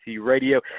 Radio